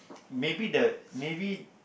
maybe the maybe